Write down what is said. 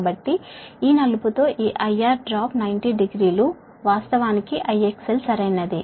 కాబట్టి ఈ నలుపుతో ఈ IR డ్రాప్ 90 డిగ్రీలు వాస్తవానికి IXL సరైనది